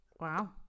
Wow